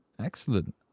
excellent